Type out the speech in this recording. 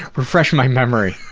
refresh my memory.